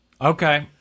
Okay